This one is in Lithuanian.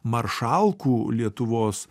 maršalkų lietuvos